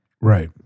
Right